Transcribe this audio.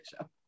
show